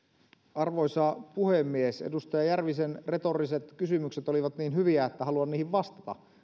arvoisa puhemies edustaja järvisen retoriset kysymykset olivat niin hyviä että haluan niihin vastata